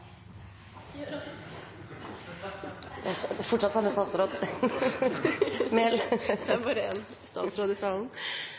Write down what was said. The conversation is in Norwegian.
Det er fortsatt